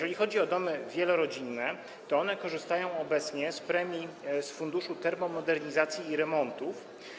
Jeśli chodzi o domy wielorodzinne, to one korzystają obecnie z premii z Funduszu Termomodernizacji i Remontów.